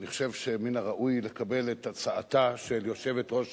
אני חושב שמן הראוי לקבל את הצעתה של יושבת-ראש